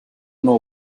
know